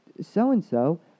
So-and-so